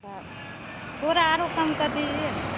तो थोड़ा और कम कर दीजिए ना